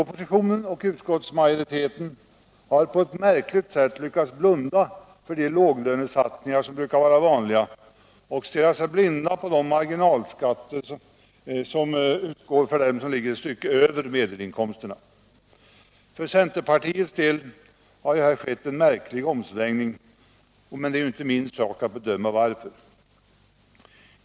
I propositionen och utskottsmajoriteten har man på ett märkligt sätt lyckats att blunda för de låglönesatsningar som brukar vara vanliga och stirrat sig blind på de marginalskatter som utgår för dem som ligger ett stycke över medelinkomsterna. För centerpartiets del har här skett en märklig omsvängning, men det är ju inte min sak att bedöma varför.